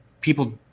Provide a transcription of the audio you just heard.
people